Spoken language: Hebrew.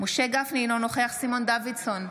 משה גפני, אינו נוכח סימון דוידסון,